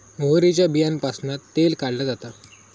मोहरीच्या बीयांपासना तेल काढला जाता